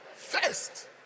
First